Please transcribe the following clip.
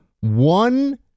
one